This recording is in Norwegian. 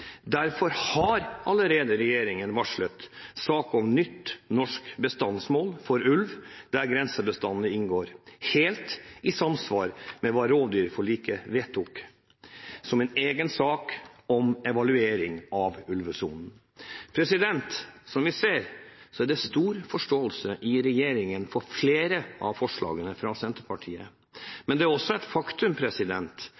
Derfor har regjeringen allerede varslet sak om nytt norsk bestandsmål for ulv der grensebestandene inngår – helt i samsvar med rovdyrforliket – som en egen sak om evaluering av ulvesonen. Som vi ser, er det stor forståelse i regjeringen for flere av forslagene fra